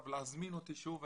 להזמין אותי שוב,